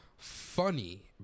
Funny